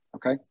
Okay